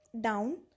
Down